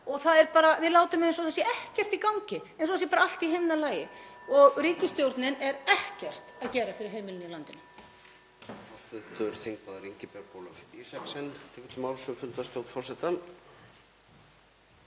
og við látum eins og það sé ekkert í gangi, eins og það sé bara allt í himnalagi. Ríkisstjórnin er ekkert að gera fyrir heimilin í landinu.